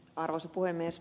arvoisa puhemies